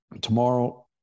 tomorrow